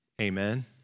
Amen